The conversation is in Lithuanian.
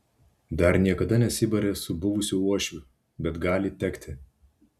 dar niekada nesibarė su buvusiu uošviu bet gali tekti